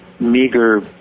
Meager